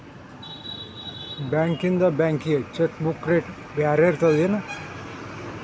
ಬಾಂಕ್ಯಿಂದ ಬ್ಯಾಂಕಿಗಿ cheque book rate ಬ್ಯಾರೆ ಇರ್ತದೇನ್